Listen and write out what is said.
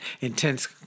intense